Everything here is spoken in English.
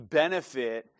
benefit